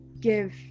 give